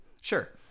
sure